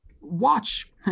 watch